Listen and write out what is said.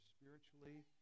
spiritually